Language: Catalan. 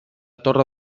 torre